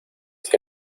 que